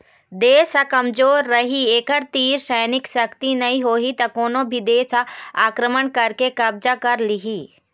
देश ह कमजोर रहि एखर तीर सैनिक सक्ति नइ होही त कोनो भी देस ह आक्रमण करके कब्जा कर लिहि